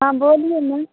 हाँ बोलिए न